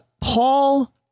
Paul